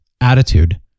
attitude